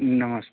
नमस्कार